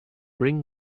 bring